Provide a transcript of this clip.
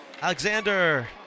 Alexander